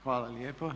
Hvala lijepo.